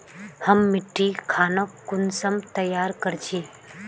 हम मिट्टी खानोक कुंसम तैयार कर छी?